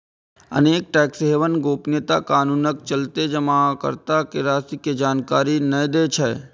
अनेक tax haven गोपनीयता कानूनक चलते जमाकर्ता के राशि के जानकारी नै दै छै